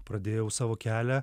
pradėjau savo kelią